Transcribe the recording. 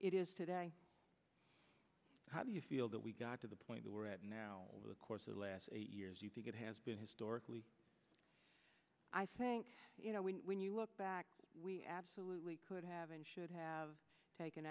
it is today how do you feel that we got to the point we're at now over the course of the last eight years you think it has been historically i think you know we when you look back we absolutely could have and should have taken